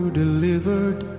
delivered